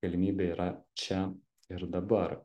galimybė yra čia ir dabar